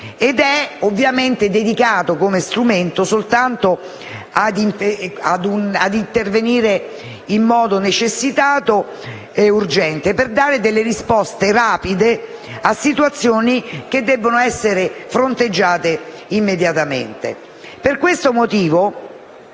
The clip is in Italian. ed è dedicato soltanto ad intervenire in modo necessitato e urgente per dare risposte rapide a situazioni che debbono essere fronteggiate immediatamente. Per questo motivo